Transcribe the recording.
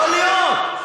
יכול להיות.